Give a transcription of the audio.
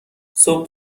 صبح